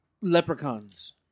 Leprechauns